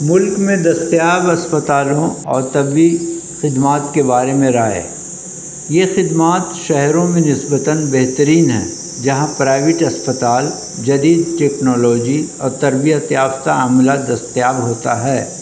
ملک میں دستیاب اسپتالوں اور طبی خدمات کے بارے میں رائے یہ خدمات شہروں میں نسبتاً بہترین ہیں جہاں پرائیویٹ اسپتال جدید ٹیکنالوجی اور تربیت یافتہ عملہ دستیاب ہوتا ہے